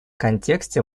контексте